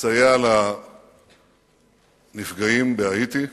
לסייע לנפגעים בהאיטי.